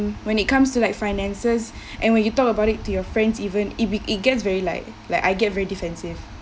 when it comes to like finances and when you talk about it to your friends even it it gets very like like I get very defensive